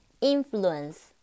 Influence